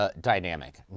dynamic